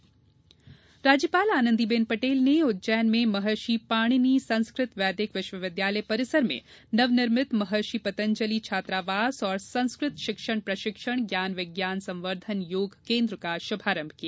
राज्यपाल राज्यपाल आनन्दीबेन पटेल ने उज्जैन में महर्षि पाणिनी संस्कृत वैदिक विश्वविद्यालय परिसर में नवनिर्मित महर्षि पतंजलि छात्रावास और संस्कृत शिक्षण प्रशिक्षण ज्ञान विज्ञान संवर्द्वन योग केन्द्र का शुभारम्भ किया